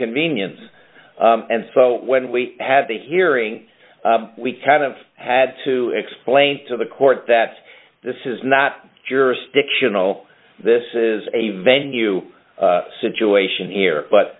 convenience and so when we had the hearing we kind of had to explain to the court that this is not jurisdictional this is a venue situation here but